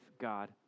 God